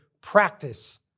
practice